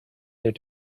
their